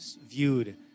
viewed